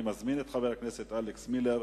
אני מזמין את חבר הכנסת אלכס מילר.